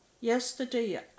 yesterday